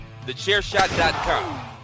TheChairShot.com